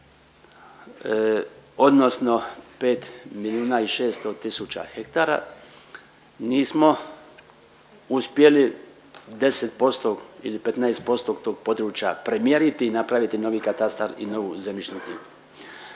odnosno 5 milijuna i 600 tisuća hektara, nismo uspjeli 10% ili 15% tog područja premjeriti i napraviti novi katastar i novu zemljišnu knjigu.